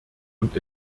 und